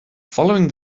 following